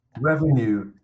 Revenue